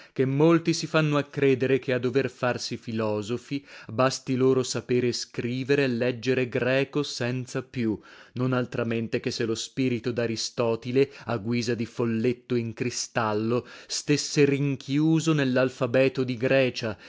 che molti si fanno a credere che a dover farsi filosofi basti loro sapere scrivere e leggere greco senza più non altramente che se lo spirito daristotile a guisa di folletto in cristallo stesse rinchiuso nellalfabeto di grecia